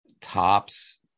tops